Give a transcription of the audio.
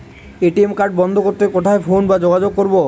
ATM card বন্ধ করতে কোথায় ফোন বা যোগাযোগ করব?